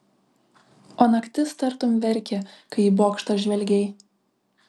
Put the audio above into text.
o naktis tartum verkė kai į bokštą žvelgei